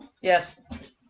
Yes